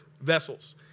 vessels